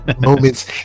moments